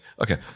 Okay